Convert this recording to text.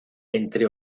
entre